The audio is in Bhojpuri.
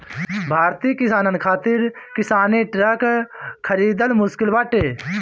भारतीय किसानन खातिर किसानी ट्रक खरिदल मुश्किल बाटे